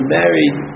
married